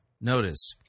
Notice